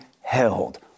held